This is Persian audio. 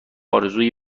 آرزوی